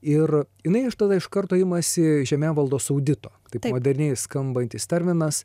ir jinai tada iš karto imasi žemėvaldos audito taip moderniai skambantis terminas